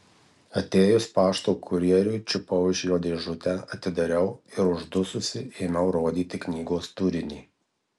atėjus pašto kurjeriui čiupau iš jo dėžutę atidariau ir uždususi ėmiau rodyti knygos turinį